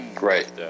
Right